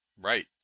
Right